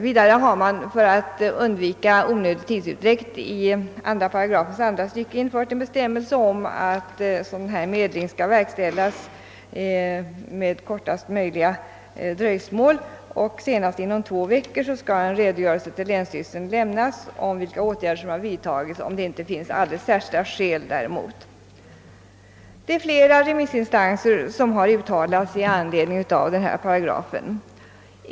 Vidare har man för att undvika onödig tidsutdräkt i andra stycket 2 § infört en bestämmelse om att medling skall verkställas med kortast möjliga dröjsmål. Senast inom två veckor skall en redogörelse lämnas till länsstyrelsen om vilka åtgärder som har vidtagits, om det inte finns alldeles särskilda skäl för att detta inte kan ske. Flera remissinstanser har uttalat sig i anledning av denna paragraf.